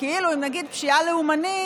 כאילו אם נגיד "פשיעה לאומנית",